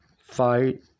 fight